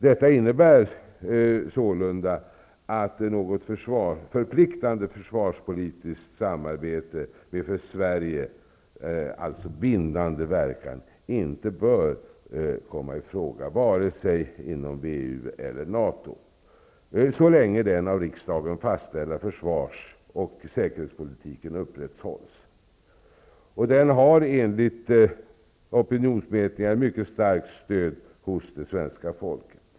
Detta innebär sålunda att något förpliktande försvarspolitiskt samarbete med för Sverige bindande verkan inte bör komma i fråga, vare sig inom WEU eller NATO, så länge den av riksdagen fastställda försvars och säkerhetspolitiken upprättshålls. Den har enligt opinionsmätningar ett mycket starkt stöd hos det svenska folket.